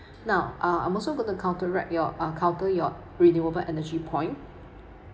now uh I'm also going to counteract your uh counter your renewable energy point